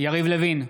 יריב לוין,